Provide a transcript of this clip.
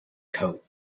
coat